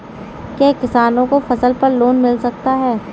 क्या किसानों को फसल पर लोन मिल सकता है?